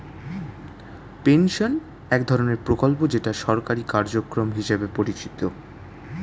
pension এক ধরনের প্রকল্প যেটা সরকারি কার্যক্রম হিসেবে পরিচিত